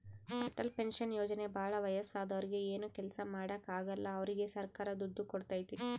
Atal pension Yojana ಭಾಳ ವಯಸ್ಸಾದೂರಿಗೆ ಏನು ಕೆಲ್ಸ ಮಾಡಾಕ ಆಗಲ್ಲ ಅವ್ರಿಗೆ ಸರ್ಕಾರ ದುಡ್ಡು ಕೋಡ್ತೈತಿ